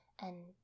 and